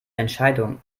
entscheidung